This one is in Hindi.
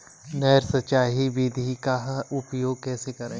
नहर सिंचाई विधि का उपयोग कैसे करें?